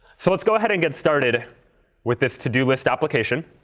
so let's go ahead and get started with this to-do list application.